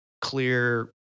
clear